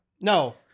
No